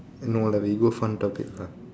no lah we go fun topic lah